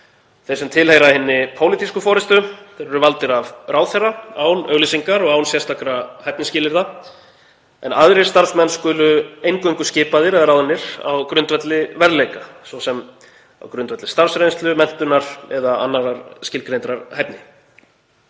Þeir sem tilheyra hinni pólitísku forystu eru valdir af ráðherra án auglýsingar og sérstakra hæfnisskilyrða en aðrir starfsmenn skulu eingöngu skipaðir eða ráðnir á grundvelli verðleika, svo sem starfsreynslu, menntunar eða annarrar skilgreindrar hæfni.